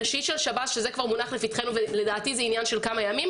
ראשית של שב"ס שזה כבר מונח לפתחנו ולדעתי זה עניין של כמה ימים,